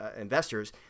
investors